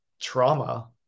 trauma